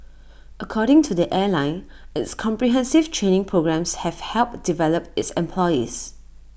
according to the airline its comprehensive training programmes have helped develop its employees